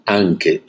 anche